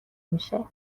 میشه